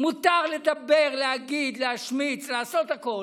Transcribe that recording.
מותר לדבר, להגיד, להשמיץ, לעשות הכול.